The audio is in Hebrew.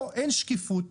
פה אין שקיפות,